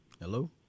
Hello